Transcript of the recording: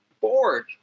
board